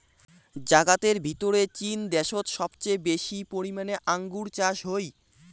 জাগাতের ভিতরে চীন দ্যাশোত সবচেয়ে বেশি পরিমানে আঙ্গুর চাষ হই